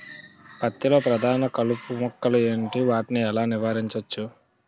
పత్తి లో ప్రధాన కలుపు మొక్కలు ఎంటి? వాటిని ఎలా నీవారించచ్చు?